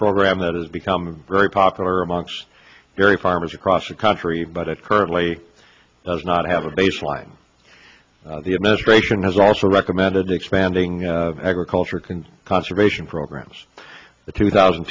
program that has become very popular amongst very farmers across the country but it currently does not have a baseline the administration has also recommended expanding agriculture can conservation programs the two thousand